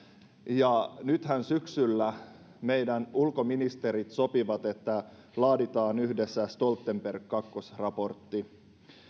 ja nythän syksyllä meidän ulkoministerimme sopivat että laaditaan yhdessä stoltenberg kakkosraportti